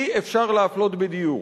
אי-אפשר להפלות בדיור.